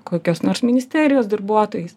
kokios nors ministerijos darbuotojais